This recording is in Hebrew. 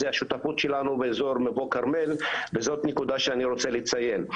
זה השותפות שלנו באזור מבוא כרמל וזאת נקודה שאני רוצה לציין.